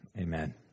Amen